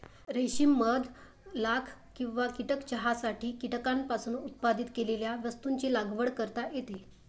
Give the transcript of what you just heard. रेशीम मध लाख किंवा कीटक चहासाठी कीटकांपासून उत्पादित केलेल्या वस्तूंची लागवड करता येते